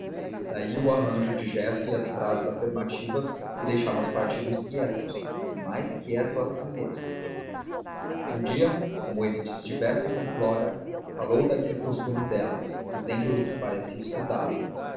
daí o arranjo de gestos e frases afirmativas que deixavam os partidos quietos e mais quieto a si mesmo um dia como ele estivesse com flora falou daquele costume dela dizendo-lhe que parecia estudado